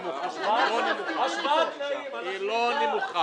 --- השוואת תנאים, אנחנו אתך.